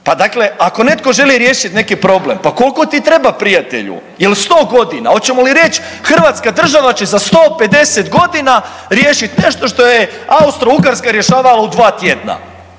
pa dakle ako netko želi riješit neki problem pa kolko ti treba prijatelju? Jel 100 godina? Oćemo li reć Hrvatska država će za 150 godina riješit nešto što je Austro-Ugarska rješavala u dva tjedna.